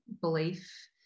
belief